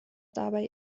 dabei